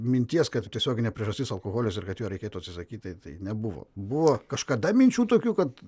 minties kad tiesioginė priežastis alkoholis ar kad jo reikėtų atsisakyti tai tai nebuvo buvo kažkada minčių tokių kad